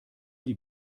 die